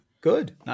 Good